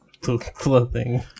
clothing